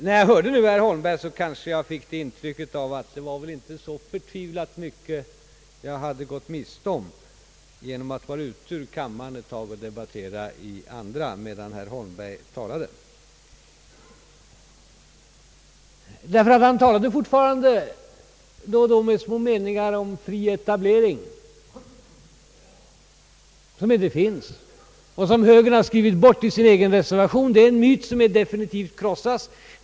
När jag nu hörde herr Holmberg fick jag kanske det intrycket att det inte var så förtvivlat mycket jag hade gått miste om genom att vara ute ur kammaren ett tag och debattera i andra kammaren medan herr Holmberg talade. Han talade fortfarande då och då med små meningar om fri etablering — som inte finns, och som högern har skrivit bort 1 sin egen reservation! Det är en myt som definitivt krossats.